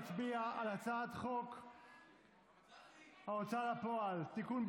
נצביע על הצעת חוק ההוצאה לפועל (תיקון,